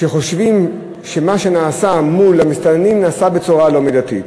הם חושבים שמה שנעשה מול המסתננים נעשה בצורה לא מידתית.